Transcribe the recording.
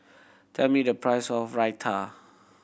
tell me the price of Raita